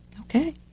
okay